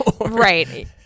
right